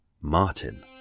Martin